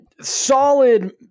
solid